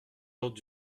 ordres